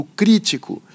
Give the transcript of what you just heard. crítico